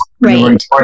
right